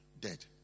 dead